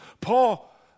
Paul